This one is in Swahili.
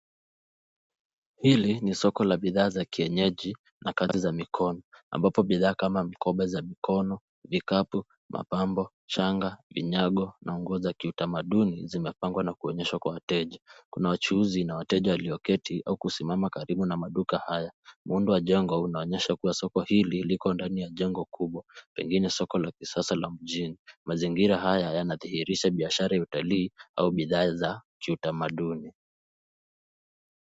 Hili ni soko la bidhaa za kienyeji na kazi na mikono. Ambapo bidhaa kama mikoba za mikono, vikapu, mapambo, shanga, vinyago na nguo za kiutamaduni zinapangwa na kuonyeshwa kwa wateja. Kuna wachuuzi na wateja walio keti au kusimama karibu na maduka haya. Muundo wa jengo unaonyesha kuwa soko hili liko ndani ya jengo kubwa. Pengine soko la kisasa la mjini. mazingira haya yanadhihirisha biashara ya utalii au bidhaa ya kiutamaduni.